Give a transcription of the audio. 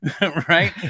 Right